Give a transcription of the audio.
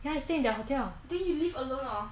ya I stay in the hotel then you live alone or